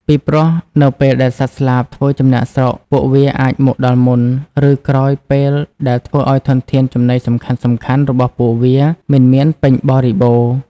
ពីព្រោះនៅពេលដែលសត្វស្លាបធ្វើចំណាកស្រុក ពួកវាអាចមកដល់មុន ឬក្រោយពេលដែលធ្វើអោយធនធានចំណីសំខាន់ៗរបស់ពួកវាមិនមានពេញបរិបូរណ៍។